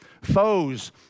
foes